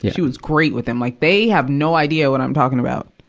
she was great with them. like, they have no idea what i'm talking about.